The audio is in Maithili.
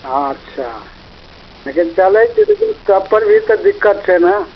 अच्छा लेकिन चलै छै लेकिन तब पर भी तऽ दिक्कत छै ने